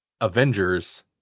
Avengers